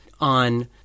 on